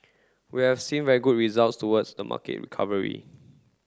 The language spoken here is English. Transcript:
we have seen very good results towards the market recovery